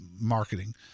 marketing